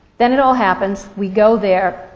then it all happens, we go there,